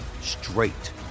straight